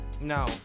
No